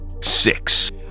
Six